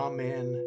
Amen